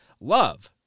Love